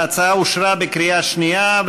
ההצעה אושרה בקריאה שנייה.